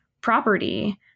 property